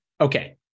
Okay